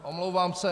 Omlouvám se.